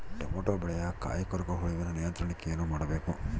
Tomato ಬೆಳೆಯ ಕಾಯಿ ಕೊರಕ ಹುಳುವಿನ ನಿಯಂತ್ರಣಕ್ಕೆ ಏನು ಮಾಡಬೇಕು?